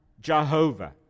Jehovah